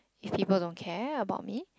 if people don't care about me